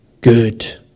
good